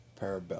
Parabellum